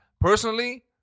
personally